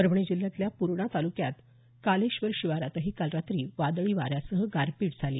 परभणी जिल्ह्यातल्या पुर्णा तालुक्यात कालेश्वर शिवारातही काल रात्री वादळी वाऱ्यासह गारपीट झाली